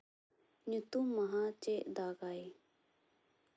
ᱧᱩᱦᱩᱢ ᱢᱟᱦᱟ ᱪᱮᱫ ᱫᱟᱜᱟᱭ